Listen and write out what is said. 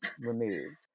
removed